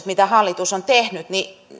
mitä hallitus on tehnyt